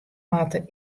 moatte